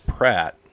Pratt